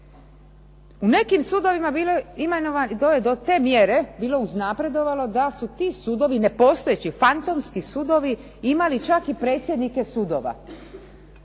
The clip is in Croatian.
…. je do te mjere bilo uznapredovalo da su ti sudovi, nepostojeći, fantomski sudovi imali čak i predsjednike sudova.